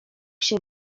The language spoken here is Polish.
się